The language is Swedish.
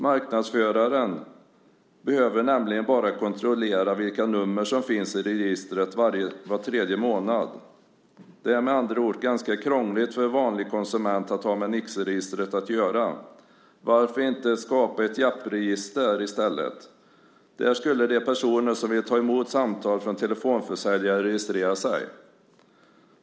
Marknadsföraren behöver nämligen bara kontrollera vilka nummer som finns i registret var tredje månad. Det är med andra ord ganska krångligt för en vanlig konsument att ha med Nixregistret att göra. Varför inte skapa ett Jappregister i stället? Där skulle de personer som vill ta emot samtal från telefonförsäljare registrera sig.